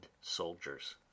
soldiers